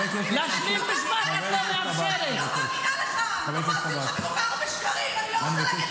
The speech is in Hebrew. נדבר, אז נדבר פשוט.